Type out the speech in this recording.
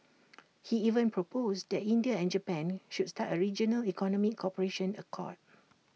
he even proposed that India and Japan should start A regional economic cooperation accord